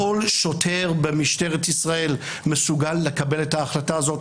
כל שוטר במשטרת ישראל מסוגל לקבל את ההחלטה הזאת.